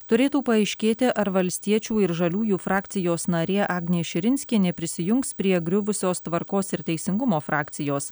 turėtų paaiškėti ar valstiečių ir žaliųjų frakcijos narė agnė širinskienė prisijungs prie griuvusios tvarkos ir teisingumo frakcijos